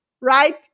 right